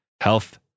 health